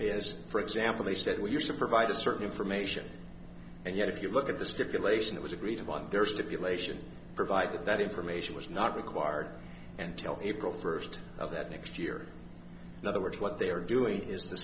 is for example they said we use a provider certain information and yet if you look at the stipulation it was agreed upon there stipulation provide that that information was not required and tell april first of that next year in other words what they are doing